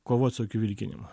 kovot su tokiu vilkinimu